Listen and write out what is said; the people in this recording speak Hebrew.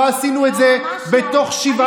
ואנחנו לא עשינו את זה בתוך, לא, ממש לא.